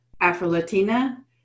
Afro-Latina